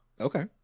Okay